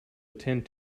attend